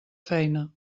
feina